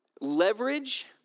Leverage